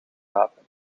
praten